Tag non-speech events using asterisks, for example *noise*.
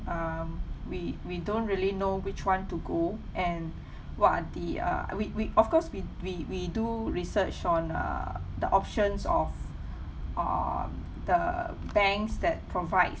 um we we don't really know which [one] to go and *breath* what are the uh we we of course we we we do research on err the options of err the banks that provides